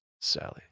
Sally